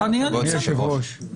אדוני היושב-ראש,